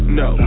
no